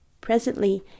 Presently